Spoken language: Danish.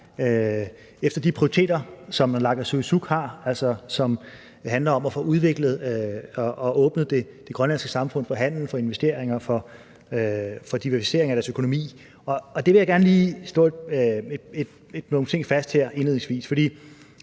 efter de prioriteter, som naalakkersuisut har, som handler om at få udviklet og åbnet det grønlandske samfund for handel, investeringer og diversificering af økonomien. Der vil jeg godt lige indledningsvis